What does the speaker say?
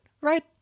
Right